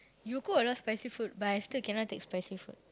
you cook a lot spicy food but I still cannot take spicy food